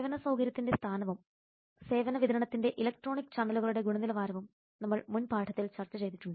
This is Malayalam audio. സേവന സൌകര്യത്തിന്റെ സ്ഥാനവും സേവന വിതരണത്തിന്റെ ഇലക്ട്രോണിക് ചാനലുകളുടെ ഗുണനിലവാരവും നമ്മൾ മുൻ പാഠത്തിൽ ചർച്ച ചെയ്തിട്ടുണ്ട്